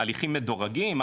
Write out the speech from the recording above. הליכים מדורגים,